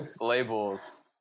Labels